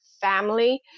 family